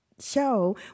show